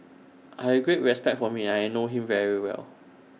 I have great respect for him and I know him very well